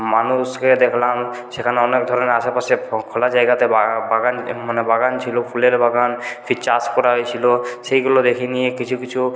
মানুষকে দেখলাম সেখানে অনেক ধরনের আশেপাশে খোলা জায়গাতে বাগান মানে বাগান ছিল ফুলের বাগান সেই চাষ করা হয়েছিল সেইগুলো দেখে নিয়ে কিছু কিছু